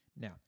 Now